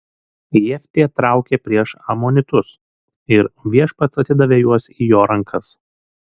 jeftė traukė prieš amonitus ir viešpats atidavė juos į jo rankas